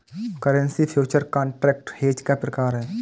currency future contract hedge का प्रकार है